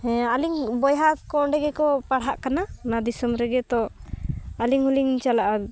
ᱦᱮᱸ ᱟᱹᱞᱤᱧ ᱵᱚᱭᱦᱟ ᱠᱚ ᱚᱸᱰᱮ ᱜᱮᱠᱚ ᱯᱟᱲᱦᱟᱜ ᱠᱟᱱᱟ ᱚᱱᱟ ᱫᱤᱥᱚᱢ ᱨᱮᱜᱮ ᱛᱚ ᱟᱹᱞᱤᱧ ᱦᱚᱸ ᱞᱤᱧ ᱪᱟᱞᱟᱜᱼᱟ